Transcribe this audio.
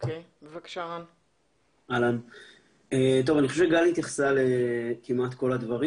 אני חושב שגל התייחסה כמעט לכל הדברים.